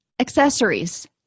accessories